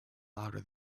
louder